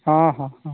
ᱦᱚᱸ ᱦᱚᱸ ᱦᱚᱸ